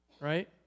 right